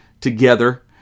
together